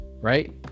right